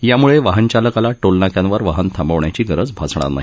यामुळे वाहनचालकाला टोलनाक्यांवर वाहन थांबवण्याची गरज भासणार नाही